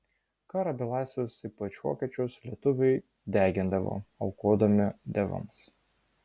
karo belaisvius ypač vokiečius lietuviai degindavo aukodami dievams